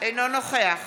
אינו נוכח